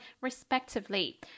respectively